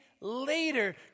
later